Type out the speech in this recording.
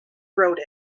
wrote